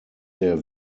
der